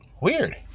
Weird